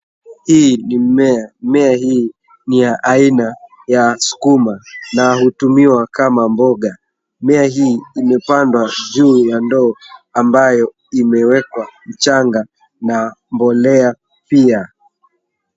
Hii ni mmea. Mmea hi ni ya aina ya sukuma na hutumiwa kama mboga. Mmea hi imepandwa juu ya ndoo ambayo imewekwa mchanga na mbolea pia.